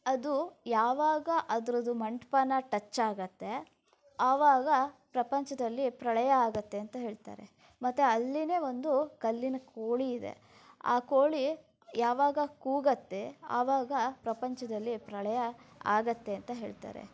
ಅದು ಯಾವಾಗ ಅದರದ್ದು ಮಂಟಪಾನ ಟಚ್ ಆಗತ್ತೆ ಆವಾಗ ಪ್ರಪಂಚದಲ್ಲಿ ಪ್ರಳಯ ಆಗತ್ತೆ ಅಂತ ಹೇಳ್ತಾರೆ ಮತ್ತು ಅಲ್ಲಿಯೇ ಒಂದು ಕಲ್ಲಿನ ಕೋಳಿ ಇದೆ ಆ ಕೋಳಿ ಯಾವಾಗ ಕೂಗತ್ತೆ ಆವಾಗ ಪ್ರಪಂಚದಲ್ಲಿ ಪ್ರಳಯ ಆಗತ್ತೆ ಅಂತ ಹೇಳ್ತಾರೆ